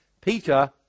Peter